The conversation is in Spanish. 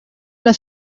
las